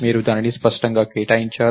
మీరు దానిని స్పష్టంగా కేటాయించారు